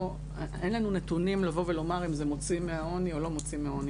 אין לנו נתונים לבוא ולומר אם זה מוציא מהעוני או לא מוציא מהעוני.